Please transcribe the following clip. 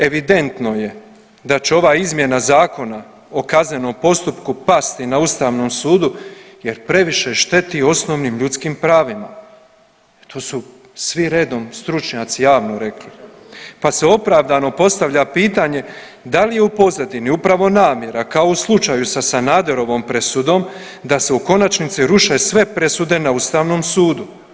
Evidentno je da će ova izmjena Zakona o kaznenom postupku pasti na ustavnom sudu jer previše šteti osnovnim ljudskim pravima, to su svi redom stručnjaci javno rekli, pa se opravdano postavlja pitanje, da li je u pozadini upravo namjera kao u slučaju sa Sanaderovom presudom da se u konačnici ruše sve presude na ustavnom sudu.